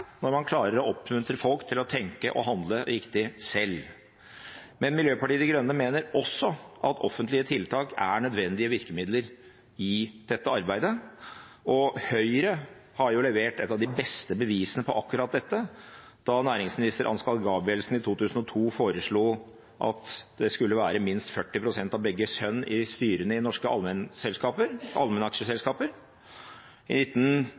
når man klarer å oppmuntre folk til å tenke og handle riktig selv. Miljøpartiet De Grønne mener også at offentlige tiltak er nødvendige virkemidler i dette arbeidet. Høyre har levert et av de beste bevisene på akkurat dette da næringsminister Ansgar Gabrielsen i 2002 foreslo at det skulle være minst 40 pst. av begge kjønn i styrene i norske allmennaksjeselskap. I 1993 var det 3 pst. kvinner i